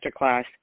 masterclass